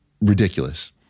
ridiculous